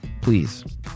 please